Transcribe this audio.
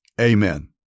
amen